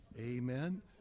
Amen